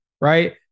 right